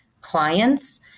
clients